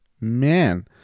man